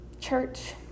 Church